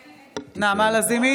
(קוראת בשם חברת הכנסת) נעמה לזימי,